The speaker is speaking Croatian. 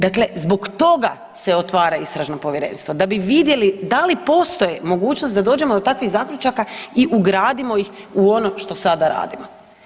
Dakle, zbog toga se otvara istražno povjerenstvo da bi vidjeli da li postoji mogućnost da dođemo do takvih zaključaka i ugradimo ih u ono što sada radimo.